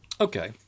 Okay